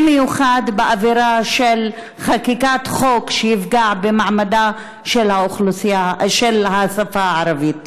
במיוחד באווירה של חקיקת חוק שיפגע במעמדה של השפה הערבית.